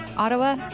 Ottawa